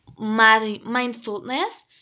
Mindfulness